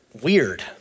weird